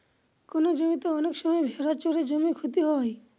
কোনো জমিতে অনেক সময় ভেড়া চড়ে জমির ক্ষতি হয়